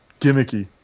Gimmicky